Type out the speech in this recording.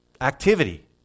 activity